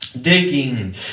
digging